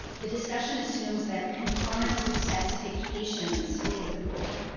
the discussion assumes that conformance with specifications is the rule.